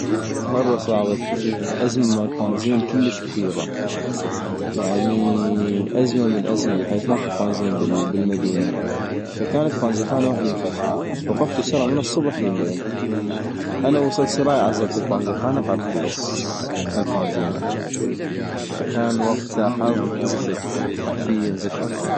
مرة صاغت أزمة مال بانزين كلش كبيغة ، يعني أزمة من أزمة بحيث ماكو بانزين بالمدينة - فكانت بانزخانة وحدي مفتحة - وقفتو يرى من الصبح لي الليل ، أنا وصل سراي عزلت البانزخانة قال خلص البانزين - فكان وقتا حظ زفت ، حرفيا زفت